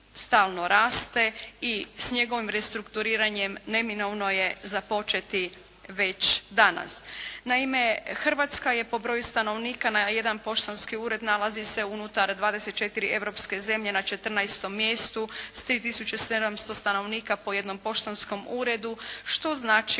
stalno raste i s njegovim restrukturiranjem neminovno je započeti već danas. Naime, Hrvatska je broju stanovnika na jedan poštanski ured nalazi se unutar 24 europske zemlje na 14. mjestu s 3 tisuće 700 stanovnika po jednom poštanskom uredu, što znači